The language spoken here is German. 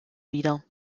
wider